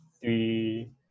three